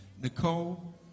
Nicole